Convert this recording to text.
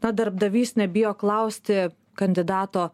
na darbdavys nebijo klausti kandidato